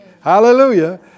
Hallelujah